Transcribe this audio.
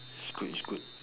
is good is good